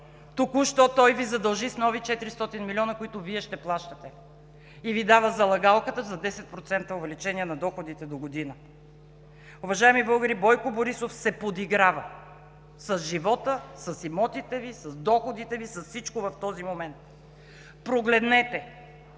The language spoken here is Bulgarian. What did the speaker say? току-що той Ви задължи с нови 400 млн., които Вие ще плащате, и Ви дава залъгалката за 10% увеличение на доходите догодина. Уважаеми българи! Бойко Борисов се подиграва с живота, с имотите Ви, с доходите Ви, с всичко в този момент! Прогледнете!